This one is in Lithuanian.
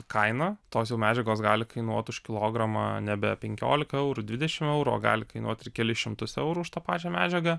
kaina tos jau medžiagos gali kainuot už kilogramą nebe penkiolika eurų dvidešim eurų o gali kainuot ir kelis šimtus eurų už tą pačią medžiagą